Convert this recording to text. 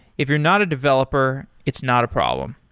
if you're not a developer, it's not a problem.